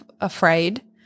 afraid